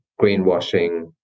greenwashing